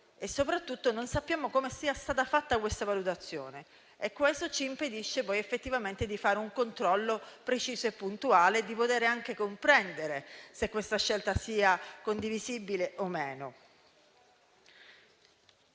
e soprattutto non sappiamo come sia stata fatta questa valutazione. Ciò ci impedisce poi effettivamente di fare un controllo preciso e puntuale e di comprendere se questa scelta sia o meno condivisibile. Con